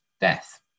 death